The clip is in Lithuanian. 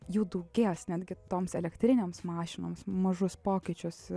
jų daugės netgi toms elektrinėms mašinoms mažus pokyčius